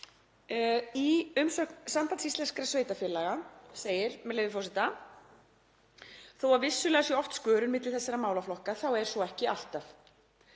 Í umsögn Sambands íslenskra sveitarfélaga segir, með leyfi forseta: „Þó að vissulega sé oft skörun milli þessara málaflokka þá er svo ekki alltaf.